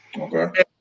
Okay